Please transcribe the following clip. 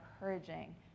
encouraging